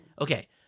okay